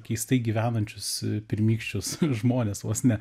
keistai gyvenančius pirmykščius žmones vos ne